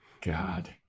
God